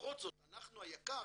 למרות זאת, אנחנו היק"ר